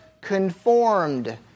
conformed